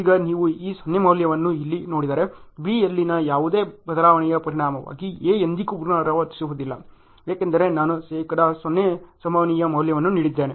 ಈಗ ನೀವು ಈ 0 ಮೌಲ್ಯವನ್ನು ಇಲ್ಲಿ ನೋಡಿದರೆ B ಯಲ್ಲಿನ ಯಾವುದೇ ಬದಲಾವಣೆಯ ಪರಿಣಾಮವಾಗಿ A ಎಂದಿಗೂ ಪುನರಾವರ್ತಿಸುವುದಿಲ್ಲ ಏಕೆಂದರೆ ನಾನು 0 ಶೇಕಡಾ ಸಂಭವನೀಯ ಮೌಲ್ಯವನ್ನು ನೀಡಿದ್ದೇನೆ